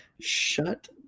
shut